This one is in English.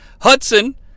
Hudson